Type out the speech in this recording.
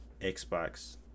xbox